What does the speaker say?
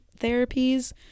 therapies